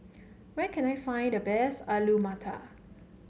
where can I find the best Alu Matar